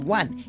one